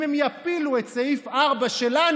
אם הם יפילו את סעיף 4 שלנו,